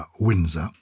Windsor